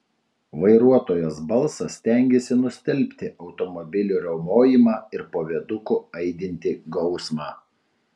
vairuotojos balsas stengėsi nustelbti automobilių riaumojimą ir po viaduku aidintį gausmą